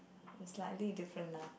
is slightly different lah